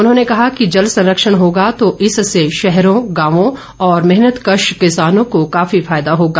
उन्होंने कहा कि जल संरक्षण होगा तो इससे शहरों गांवों और मेहनतकश किसानों को काफी फायदा होगा